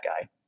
guy